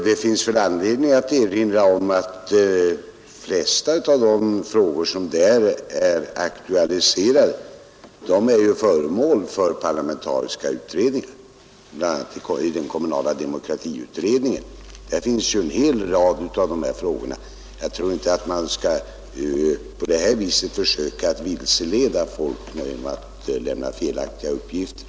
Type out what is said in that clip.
Det finns anledning att erinra om att de flesta av de frågor som där är aktualiserade är föremål för parlamentariska utredningar, bland andra utredningen om den kommunala demokratin. Jag tror inte att man bör på det här viset försöka vilseleda människor genom att lämna felaktiga uppgifter.